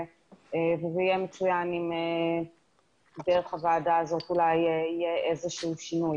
וזה יהיה מצוין אם דרך הוועדה הזאת אולי יהיה איזשהו שינוי.